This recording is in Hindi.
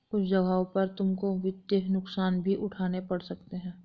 कुछ जगहों पर तुमको वित्तीय नुकसान भी उठाने पड़ सकते हैं